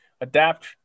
adapt